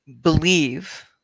believe